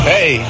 Hey